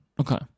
Okay